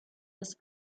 des